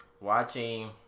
watching